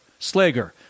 Slager